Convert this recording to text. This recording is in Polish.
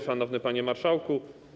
Szanowny Panie Marszałku!